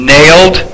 Nailed